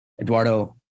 Eduardo